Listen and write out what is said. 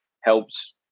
Helps